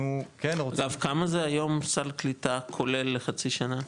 אנחנו כן רוצים --- כמה זה היום סל קליטה כולל לחצי שנה?